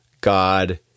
God